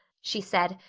she said.